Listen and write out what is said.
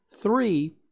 three